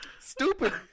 stupid